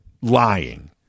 lying